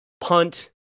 Punt